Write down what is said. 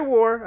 War